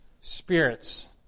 spirits